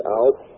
out